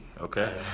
okay